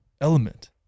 Element